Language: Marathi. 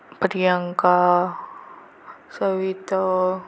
प्रियंका सवित